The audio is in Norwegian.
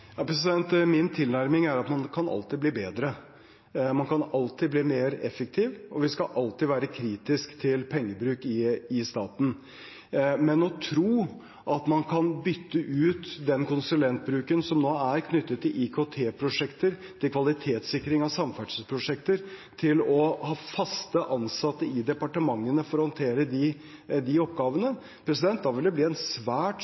Min tilnærming er at man alltid kan bli bedre. Man kan alltid bli mer effektiv, og vi skal alltid være kritiske til pengebruk i staten. Men å tro at man kan bytte ut den konsulentbruken som nå er, knyttet til IKT-prosjekter og kvalitetssikring av samferdselsprosjekter, med fast ansatte i departementene for å håndtere de oppgavene! Da ville det bli en svært